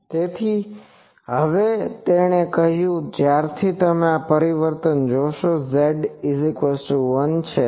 તેથી હવે તેણે કહ્યું જ્યારથી તમે આ પરિવર્તન જોશો z1 છે